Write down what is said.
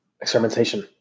experimentation